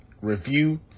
review